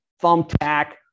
thumbtack